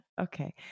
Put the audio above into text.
Okay